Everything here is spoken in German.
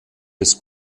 des